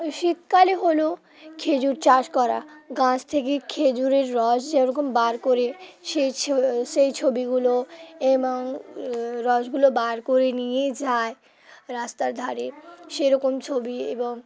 শীতকালে হলো খেজুর চাষ করা গাছ থেকে খেজুরের রস যেরকম বার করে সেই ছ সেই ছবিগুলো এবং রসগুলো বার করে নিয়ে যায় রাস্তার ধারে সেরকম ছবি এবং